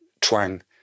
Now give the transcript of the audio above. twang